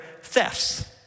thefts